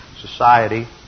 society